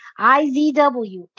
IZW